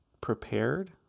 prepared